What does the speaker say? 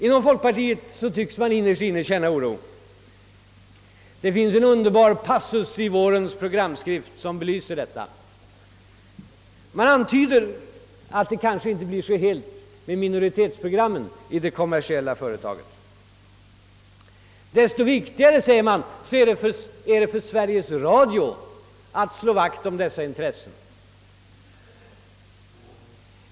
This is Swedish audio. Inom folkpartiet tycks man innerst inne känna oro. Det finns en underbar passus i vårens programskrift som belyser detta. Man antyder att det kanske inte blir så helt med minoritetsprogrammen i det kommersiella företaget. Desto viktigare, säger man, är det för Sveriges Radio att slå vakt om dessa intressen.